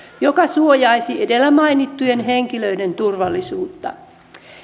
joka suojaisi edellä mainittujen henkilöiden turvallisuutta